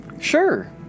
Sure